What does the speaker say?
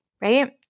right